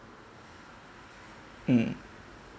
hmm